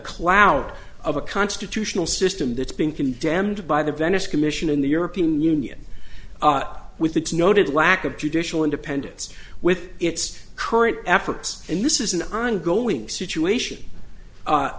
cloud of a constitutional system that's been condemned by the venice commission and the european union with its noted lack of judicial independence with its current efforts and this is an ongoing situation